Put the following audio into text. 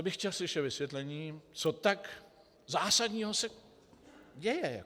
To já bych chtěl slyšet vysvětlení, co tak zásadního se děje.